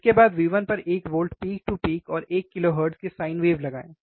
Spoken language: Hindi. इसके बाद V1 पर एक वोल्ट पीक टू पीक और 1 kHz की साइन वेव लगाएँ